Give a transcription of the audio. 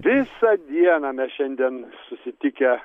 visą dieną mes šiandien susitikę